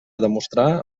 demostrar